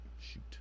shoot